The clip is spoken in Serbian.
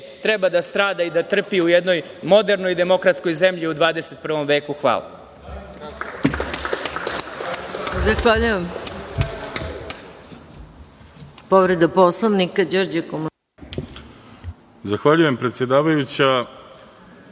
treba da strada i da trpi u jednoj modernoj i demokratskoj zemlji u 21. veku. Hvala.